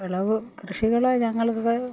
വിളവ് കൃഷികളെ ഞങ്ങളിവിടെ